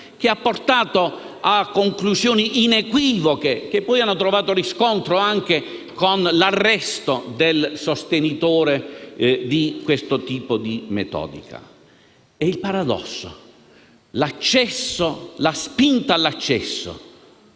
che ha portato a conclusioni inequivocabili, che hanno trovato riscontro anche nell'arresto del sostenitore di questo tipo di metodica. Il paradosso è che da una